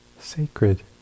sacred